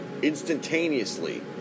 instantaneously